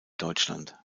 deutschland